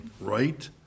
right